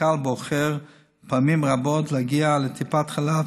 שהקהל בוחר פעמים רבות להגיע לטיפת חלב